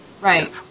Right